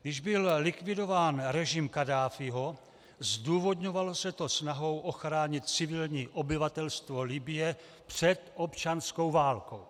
Když byl likvidován režim Kaddáfího, zdůvodňovalo se to snahou ochránit civilní obyvatelstvo Libye před občanskou válkou.